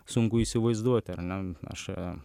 sunku įsivaizduoti ar ne aš